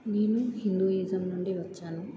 నేను హిందూయిజం నుండి వచ్చాను